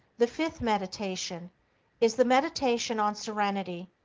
the fifth meditation is the meditation on serenity,